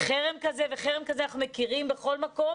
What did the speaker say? חרם כזה וחרם כזה אנחנו מכירים בכל מקום.